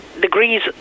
degrees